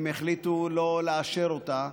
הם החליטו שלא לאשר אותה,